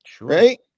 Right